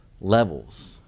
levels